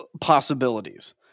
possibilities